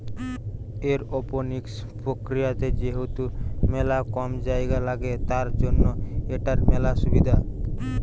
aeroponics প্রক্রিয়াতে যেহেতু মেলা কম জায়গা লাগে, তার জন্য এটার মেলা সুবিধা